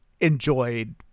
enjoyed